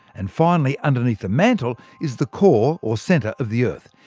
and finally, underneath the mantle is the core or centre of the earth.